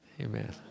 amen